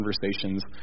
conversations